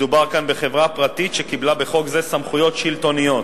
מדובר כאן בחברה פרטית שקיבלה בחוק זה סמכויות שלטוניות,